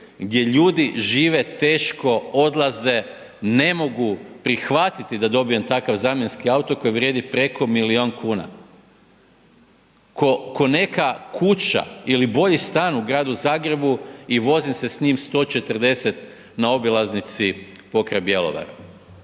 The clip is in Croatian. gdje ljudi žive teško, odlaze, ne mogu prihvatiti da dobijem takav zamjenski auto koji vrijedi preko milijun kuna, ko neka kuća ili bolji stan u gradu Zagrebu i vozi se s njim 140 na obilaznici pokraj Bjelovara.